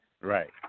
Right